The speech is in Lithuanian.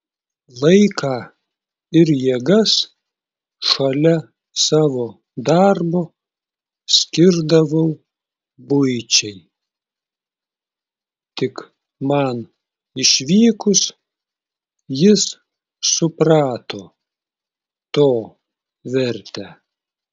laiką ir jėgas šalia savo darbo skirdavau buičiai tik man išvykus jis suprato to vertę